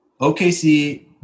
OKC